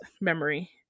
memory